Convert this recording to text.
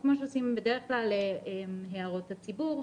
כמו שעושים בדרך כלל להערות הציבור.